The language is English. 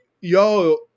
yo